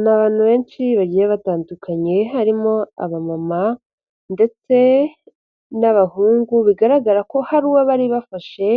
Ni abantu benshi bagiye batandukanye harimo abamama ndetse n'abahungu, bigaragara ko hari uwo bari bafashe